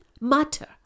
matter